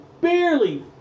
barely